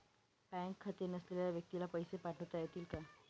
Bank खाते नसलेल्या व्यक्तीला पैसे पाठवता येतील का?